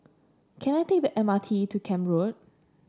can I take the M R T to Camp Road